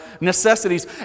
necessities